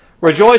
Rejoice